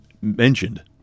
mentioned